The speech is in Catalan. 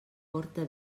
porta